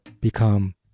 become